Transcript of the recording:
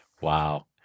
Wow